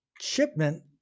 shipment